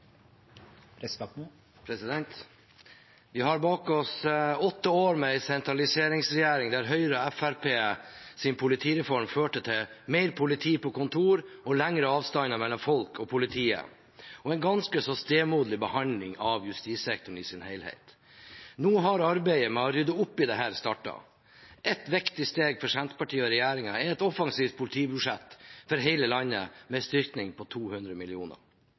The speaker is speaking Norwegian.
Vi har bak oss åtte år med en sentraliseringsregjering, der Høyre og Fremskrittspartiets politireform førte til mer politi på kontor, lengre avstander mellom folk og politiet og en ganske så stemoderlig behandling av justissektoren i sin helhet. Nå har arbeidet med å rydde opp i dette startet. Et viktig steg for Senterpartiet og regjeringen er et offensivt politibudsjett for hele landet, med en styrking på 200